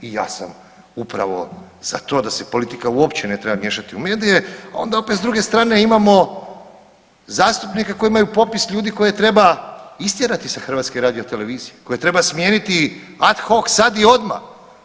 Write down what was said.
I ja upravo za to da se politika uopće ne treba miješati u medije, a onda opet s druge strane imamo zastupnike koji imaju popis ljudi koje treba istjerati s HRT-a, koje treba smijeniti ad hoc sad i odmah.